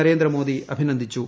നരേന്ദ്രമോദി അഭിനന്ദിച്ചു